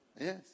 Yes